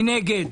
מי נגד?